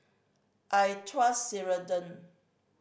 I trust Ceradan